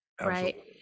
Right